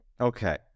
Okay